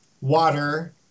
water